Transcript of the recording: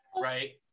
right